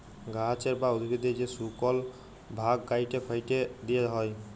গাহাচের বা উদ্ভিদের যে শুকল ভাগ ক্যাইটে ফ্যাইটে দিঁয়া হ্যয়